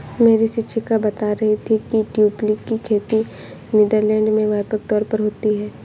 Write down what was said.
मेरी शिक्षिका बता रही थी कि ट्यूलिप की खेती नीदरलैंड में व्यापक तौर पर होती है